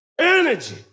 energy